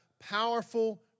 powerful